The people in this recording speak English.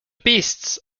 beasts